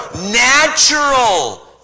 natural